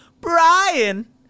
Brian